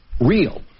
real